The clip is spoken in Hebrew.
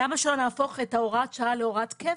למה שלא נהפוך את הוראת השעה להוראת קבע?